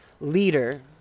leader